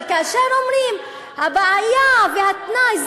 אבל כאשר אומרים: הבעיה והתנאי,